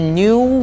new